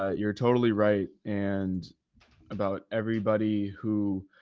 ah you're totally right. and about everybody who